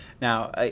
Now